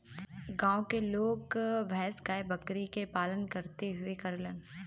गांव के लोग गाय भैस, बकरी भेड़ के पालन बहुते करलन